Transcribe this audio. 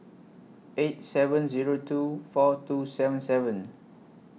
eight seven Zero two four two seven seven